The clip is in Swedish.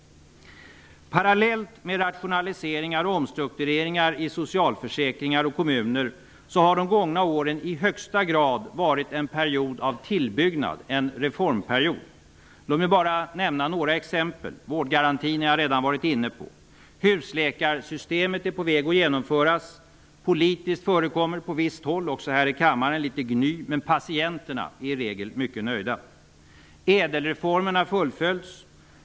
Parallellt med rationaliseringar och omstruktureringar i socialförsäkringar och kommuner har de gångna åren i högsta grad varit en period av tillbyggnad, en reformperiod. Låt mig bara nämna några exempel: Vårdgarantin har jag redan nämnt. Husläkarsystemet är på väg att genomföras. Politiskt förekommer på visst håll, också här i kammaren, litet gny. Men patienterna är i regel mycket nöjda. ÄDEL-reformen har fullföljts.